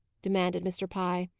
demanded mr. pye.